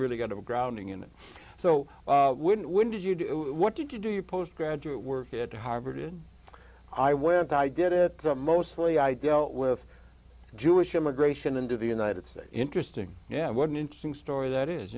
really got a grounding in it so when when did you do what did you do you post graduate work at harvard i went i did it mostly i dealt with jewish immigration into the united states interesting yeah and what an interesting story that is